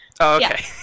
okay